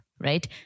Right